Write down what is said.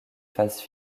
phases